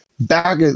back